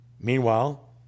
Meanwhile